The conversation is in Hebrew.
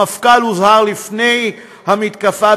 המפכ"ל הוזהר לפני המתקפה,